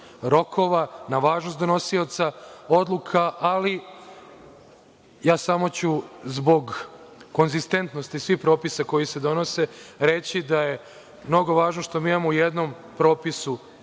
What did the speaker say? rokova, na važnost donosioca odluka, ali ja ću samo, zbog konzistentnosti svih propisa koji se donose, reći da je mnogo važno što mi imamo u jednom propisu